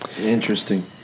Interesting